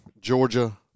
Georgia